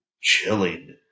chilling